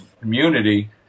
community